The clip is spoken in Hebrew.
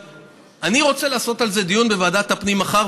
אני רוצה לעשות על זה דיון בוועדת הפנים מחר,